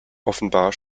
offenbar